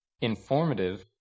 informative